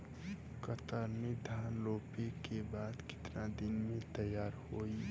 कतरनी धान रोपे के बाद कितना दिन में तैयार होई?